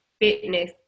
Fitness